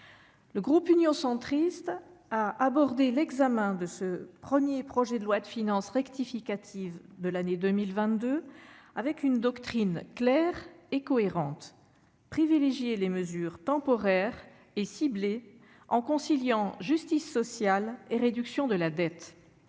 Le groupe Union Centriste a abordé l'examen de ce premier projet de loi de finances rectificative de l'année 2022 avec une doctrine claire et cohérente : privilégier les mesures temporaires et ciblées, en conciliant justice sociale et réduction de la dette.